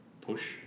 push